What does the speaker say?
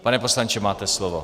Pane poslanče, máte slovo.